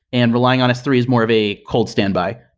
and relying on s three is more of a cold standby.